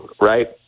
Right